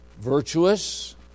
virtuous